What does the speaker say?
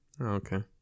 okay